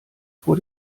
vor